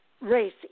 race